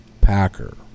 packer